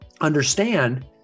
understand